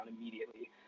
immediately